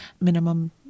minimum